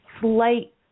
slight